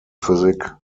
physik